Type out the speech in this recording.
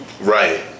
Right